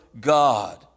God